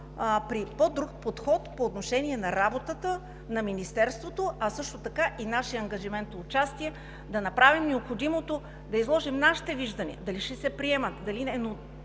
при по-друг подход по отношение на работата на Министерството, а също така и нашият ангажимент и участие да направим необходимото, да изложим нашите виждания – дали ще се приемат, дали –